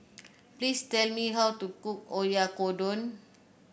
please tell me how to cook Oyakodon